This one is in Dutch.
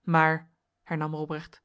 maar hernam robrecht